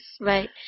Right